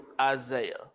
Isaiah